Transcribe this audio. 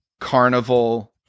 carnival